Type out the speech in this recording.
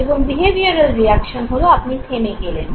এবং behavioural reaction হলো আপনি থেমে গেলেন